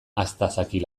astazakil